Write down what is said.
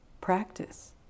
practice